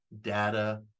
data